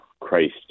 Christ